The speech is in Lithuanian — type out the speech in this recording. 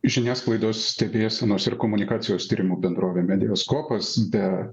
žiniasklaidos stebėsenos ir komunikacijos tyrimų bendrovė mediaskopas be